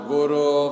Guru